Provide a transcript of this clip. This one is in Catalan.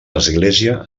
església